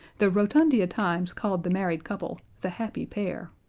the rotundia times called the married couple the happy pair.